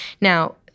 Now